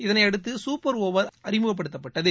இதனையடுத்து super over அறிமுகப்படுத்தப்பட்டது